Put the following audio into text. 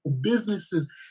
businesses